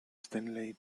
stanley